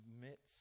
submits